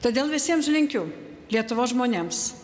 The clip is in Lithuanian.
todėl visiems linkiu lietuvos žmonėms